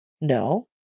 No